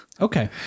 Okay